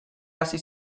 hasi